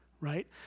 right